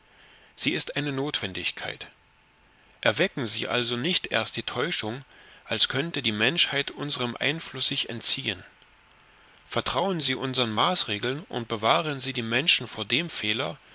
sie ist eine notwendigkeit erwecken sie also nicht erst die täuschung als könnte die menschheit unsrem einfluß sich entziehen vertrauen sie unsern maßregeln und bewahren sie die menschen vor dem fehler